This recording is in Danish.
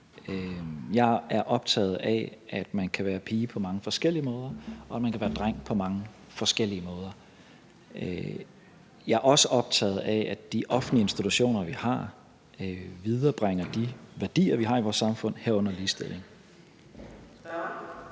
Jeg er optaget af, at man kan være pige på mange forskellige måder, og at man kan være dreng på mange forskellige måder. Jeg er også optaget af, at de offentlige institutioner, vi har, viderebringer de værdier, vi har i vores samfund, herunder ligestilling.